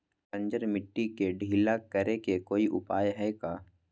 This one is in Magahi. बंजर मिट्टी के ढीला करेके कोई उपाय है का?